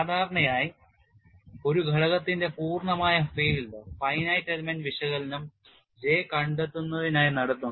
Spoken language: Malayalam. സാധാരണയായി ഒരു ഘടകത്തിന്റെ പൂർണ്ണമായ ഫീൽഡ് finite element വിശകലനം J കണ്ടെത്തുന്നതിനായി നടത്തുന്നു